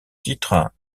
titre